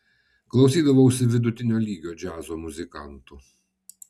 klausydavausi vidutinio lygio džiazo muzikantų